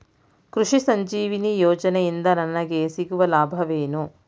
ಕೃಷಿ ಸಂಜೀವಿನಿ ಯೋಜನೆಯಿಂದ ನನಗೆ ಸಿಗುವ ಲಾಭವೇನು?